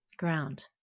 ground